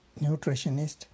nutritionist